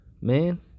man